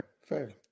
fair